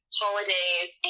holidays